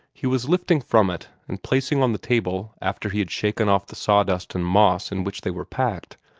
he was lifting from it, and placing on the table after he had shaken off the sawdust and moss in which they were packed,